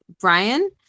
Brian